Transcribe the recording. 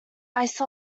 ice